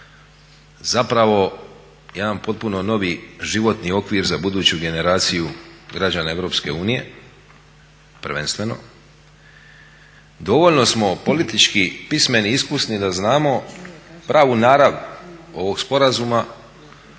zapravo jedan potpuno novi životni okvir za buduću generaciju građana Europske unije prvenstveno. Dovoljno smo politički pismeni i iskusni da znamo pravu narav ovog sporazuma,